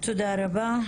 תודה רבה.